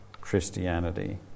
Christianity